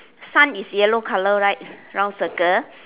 sun is yellow colour right round circle